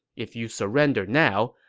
if you surrender now,